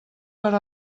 per